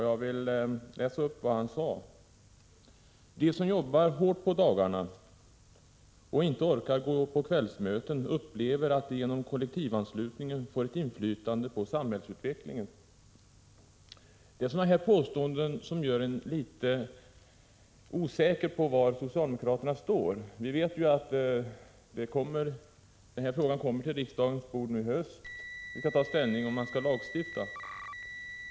Jag vill läsa upp en del av vad som stod i intervjun: ”De som jobbar hårt på dagarna ——-— och inte orkar gå på kvällsmöten upplever att de genom kollektivanslutningen får ett inflytande på samhällsutvecklingen.” Det är sådana här påståenden som gör en litet osäker om var socialdemokraterna står. Vi vet att frågan kommer på riksdagens bord i höst. Vi skall ta ställning till om man skall lagstifta.